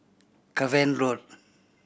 Cavan Road